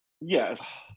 yes